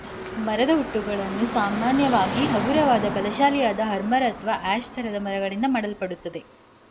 ಮರದ ಹುಟ್ಟುಗಳನ್ನು ಸಾಮಾನ್ಯವಾಗಿ ಹಗುರವಾದ ಬಲಶಾಲಿಯಾದ ಹರ್ಮರ್ ಅಥವಾ ಆ್ಯಶ್ ಥರದ ಮರಗಳಿಂದ ಮಾಡಲ್ಪಡುತ್ತದೆ